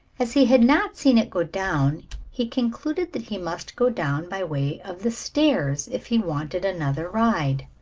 as he had not seen it go down he concluded that he must go down by way of the stairs if he wanted another ride.